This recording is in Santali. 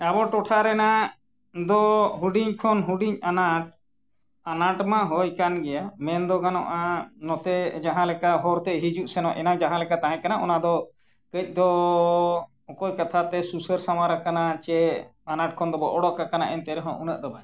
ᱟᱵᱚ ᱴᱚᱴᱷᱟ ᱨᱮᱱᱟᱜ ᱫᱚ ᱦᱩᱰᱤᱧ ᱠᱷᱚᱱ ᱦᱩᱰᱤᱧ ᱟᱱᱟᱴ ᱟᱱᱟᱴ ᱢᱟ ᱦᱩᱭ ᱟᱠᱟᱱ ᱜᱮᱭᱟ ᱢᱮᱱ ᱫᱚ ᱜᱟᱱᱚᱜᱼᱟ ᱱᱚᱛᱮ ᱡᱟᱦᱟᱸᱞᱮᱠᱟ ᱦᱚᱨᱛᱮ ᱦᱤᱡᱩᱜ ᱥᱮᱱᱚᱜ ᱮᱱᱟᱝ ᱡᱟᱦᱟᱸᱞᱮᱠᱟ ᱛᱟᱦᱮᱸ ᱠᱟᱱᱟ ᱚᱱᱟᱫᱚ ᱠᱟᱹᱡ ᱫᱚ ᱚᱠᱚᱭ ᱠᱟᱛᱷᱟᱛᱮ ᱥᱩᱥᱟᱹᱨ ᱥᱟᱣᱟᱨ ᱟᱠᱟᱱᱟ ᱥᱮ ᱟᱱᱟᱴ ᱠᱷᱚᱱ ᱫᱚᱵᱚᱱ ᱩᱰᱩᱠ ᱟᱠᱟᱱᱟ ᱮᱱᱛᱮ ᱨᱮᱦᱚᱸ ᱩᱱᱟᱹᱜ ᱫᱚ ᱵᱟᱝ